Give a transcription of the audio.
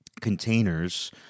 containers